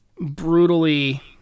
brutally